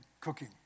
cooking